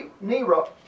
Nero